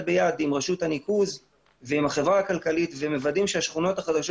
ביד עם רשות הניקוז ועם החברה הכלכלית ומוודאים שהשכנות החדשות